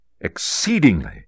exceedingly